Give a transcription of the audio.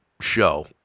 show